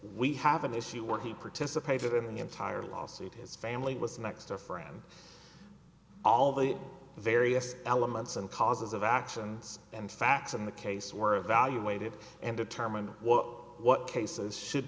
we have an issue where he participated in the entire lawsuit his family was next to a friend all the various elements and causes of action and facts in the case were evaluated and determine what what cases should